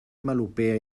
melopea